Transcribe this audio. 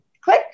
click